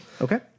Okay